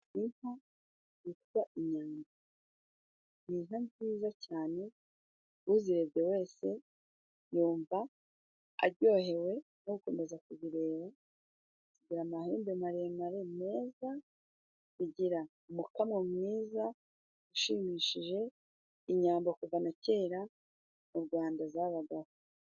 Inka zitwa Imyambo ni inka nziza cyane uzirebye wese yumva ajyohewe no gukomeza kubireba ,zigira amahembe maremare meza, zigira umukamo mwiza ushimishije ,inyambo kuva na kera mu rwanda zabagaho.